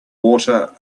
water